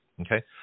Okay